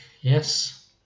yes